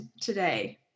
today